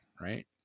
Right